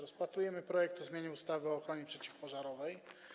Rozpatrujemy projekt ustawy o zmianie ustawy o ochronie przeciwpożarowej.